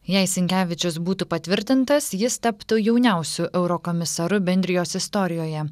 jei sinkevičius būtų patvirtintas jis taptų jauniausiu eurokomisaru bendrijos istorijoje